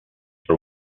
for